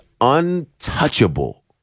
untouchable